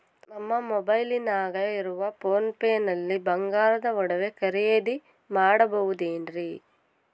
ನಮ್ಮ ಮೊಬೈಲಿನಾಗ ಇರುವ ಪೋನ್ ಪೇ ನಲ್ಲಿ ಬಂಗಾರದ ಒಡವೆ ಖರೇದಿ ಮಾಡಬಹುದೇನ್ರಿ?